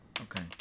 Okay